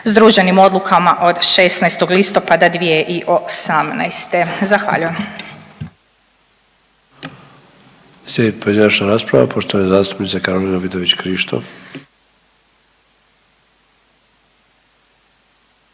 združenim odlukama od 16. listopada 2018. Zahvaljujem.